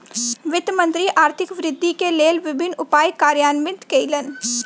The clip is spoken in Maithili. वित्त मंत्री आर्थिक वृद्धि के लेल विभिन्न उपाय कार्यान्वित कयलैन